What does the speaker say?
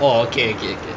oh okay okay okay